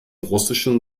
russischen